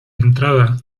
entrada